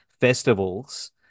festivals